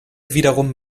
wiederum